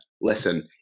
Listen